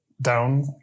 down